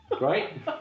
Right